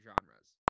genres